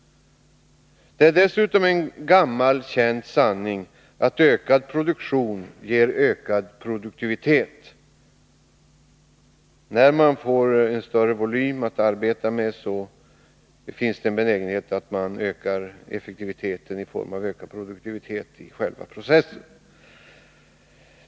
Det är dessutom en gammal känd sanning att ökad produktion ger ökad produktivitet. När man får en större volym att arbeta med finns det en benägenhet att man ökar effektiviteten genom höjd produktivitet i själva processen.